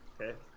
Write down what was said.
okay